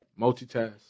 multitask